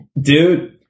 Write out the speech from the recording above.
Dude